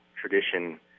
tradition